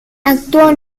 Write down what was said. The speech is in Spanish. actuó